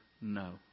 no